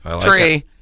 tree